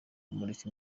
kumurika